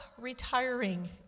retiring